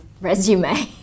resume